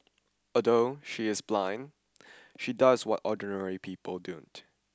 although she is blind she does what ordinary people don't